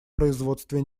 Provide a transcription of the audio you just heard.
производстве